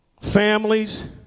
Families